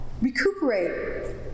Recuperate